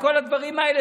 עם כל הדברים האלה,